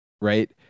right